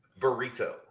Burrito